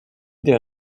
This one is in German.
der